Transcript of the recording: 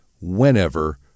whenever